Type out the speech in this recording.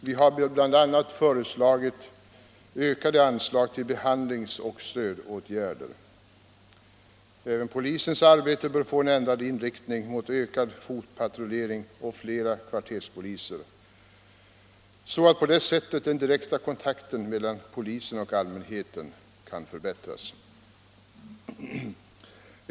Vi har bl.a. föreslagit ökade anslag till behandlingsoch stödåtgärder. Polisens arbete bör få en ändrad inriktning mot ökad fotpatrullering och flera kvarterspoliser, så att den direkta kontakten mellan polisen och allmänheten på det sättet kan förbättras.